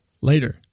Later